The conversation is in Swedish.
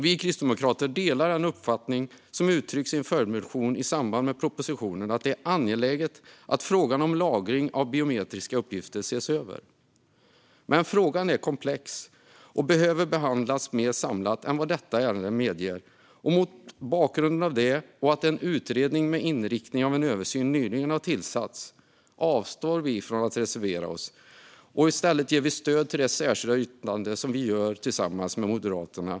Vi kristdemokrater delar den uppfattning som uttrycks i en följdmotion i samband med propositionen om att det är angeläget att frågan om lagring av biometriska uppgifter ses över. Men frågan är komplex och behöver behandlas mer samlat än vad detta ärende medger. Mot bakgrund av det och att en utredning med inriktning på en översyn nyligen har tillsatts avstår vi från att reservera oss. I stället stöder vi det särskilda yttrande som vi har tillsammans med Moderaterna.